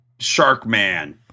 Sharkman